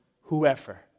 whoever